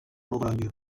logronyo